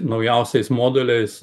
naujausiais modeliais